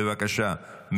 בבקשה,